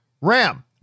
Ram